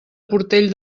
portell